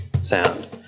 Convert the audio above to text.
sound